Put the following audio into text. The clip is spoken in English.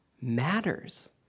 matters